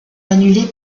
annulée